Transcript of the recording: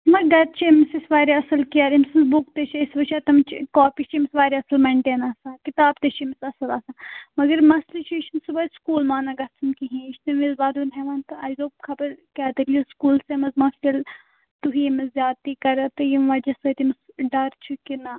نہَ گَرِ چھِ أمِس أسۍ واریاہ اَصٕل کِیر أمۍ سٕنٛز بُک تہِ چھِ أسۍ وُچھان تِم چھِ کاپی چھِ أمِس واریاہ اَصٕل مینٹین آسان کِتاب تہِ چھِ أمِس اَصٕل آسان مگر مَسلہِ چھِ یہِ چھُنہٕ صُبحٲے سکوٗل مانان گَژھُن کِہیٖنۍ یہِ چھُ تَمہِ وِزِ وَدُن ہٮ۪وان تہٕ اَسہِ دوٚپ خبر کیٛاہ تیٚلہِ سکوٗلسٕے منٛز ما چھُ تیٚلہِ تُہی أمِس زیادٕتی کَران تہٕ ییٚمہِ وجہ سۭتۍ أمِس ڈَر چھُ کہِ نا